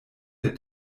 der